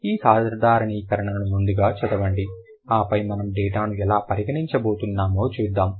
ఈ సాధారణీకరణను ముందుగా చదవండి ఆపై మనం డేటాను ఎలా పరిగణించబోతున్నామో చూద్దాం